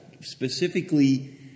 Specifically